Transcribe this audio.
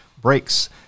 breaks